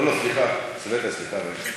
לא, לא, סליחה, סבטה, סליחה.